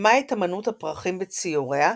קידמה את "אמנות הפרחים" בציוריה,